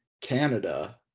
Canada